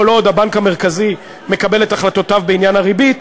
כל עוד הבנק המרכזי מקבל את החלטותיו בעניין הריבית,